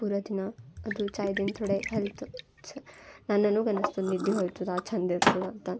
ಪೂ್ರಾ ದಿನ ಅದು ಚಾಯದಿಂದ ಥೊಡೆ ಹೆಲ್ತ್ ಚ್ ನನ್ನನುಗನಸ್ತದ ನಿದ್ದೆ ಹೋಗ್ತದ ಚಂದ ಇರ್ತದೆ ಅಂತ